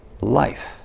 life